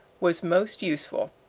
was most useful.